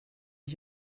att